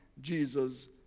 Jesus